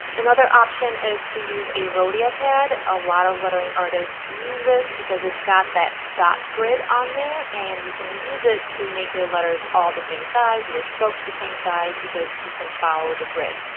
another option is to use a rhodia pad, a lot of lettering artists use this because it's got that dot grid on there and you can use it to make your letters all the same size your strokes the same size because you can follow with a grid.